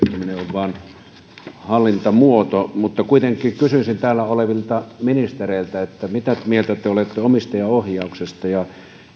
on vain hallintamuoto mutta kuitenkin kysyisin täällä olevilta ministereiltä mitä mieltä te olette omistajaohjauksesta ja